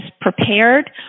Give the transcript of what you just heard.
prepared